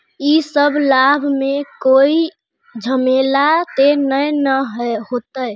इ सब लाभ में कोई झमेला ते नय ने होते?